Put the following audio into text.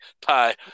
pie